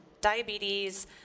diabetes